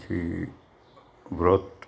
પછી વ્રત